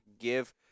give